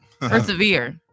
persevere